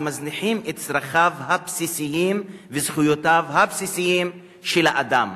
אז מזניחים את צרכיו הבסיסיים וזכויותיו הבסיסיות של האדם.